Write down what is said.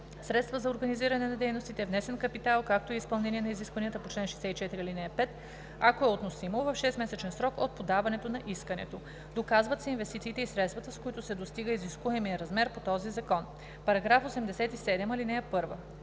средства за организиране на дейностите, внесен капитал, както и изпълнение на изискванията по чл. 64, ал. 5, ако е относимо, в 6-месечен срок от подаването на искането. Доказват се инвестициите и средствата, с които се достига изискуемият размер по този закон. § 87. (1)